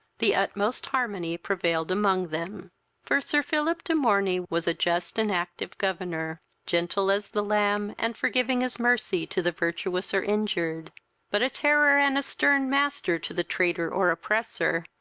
the utmost harmony prevailed among them for sir philip de morney was a just and active governor gentle as the lamb and forgiving as mercy to the virtuous or injured but a terror and a stern master to the traitor or oppressor,